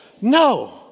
No